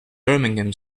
birmingham